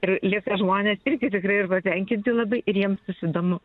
ir lieka žmonės irgi tikrai ir patenkinti labai ir jiems tas įdomu